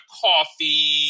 coffee